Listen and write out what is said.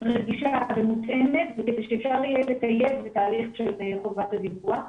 רגישה ומותאמת וכדי שאפשר יהיה לטייב את התהליך של חובת הדיווח.